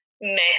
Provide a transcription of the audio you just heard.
mess